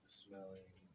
smelling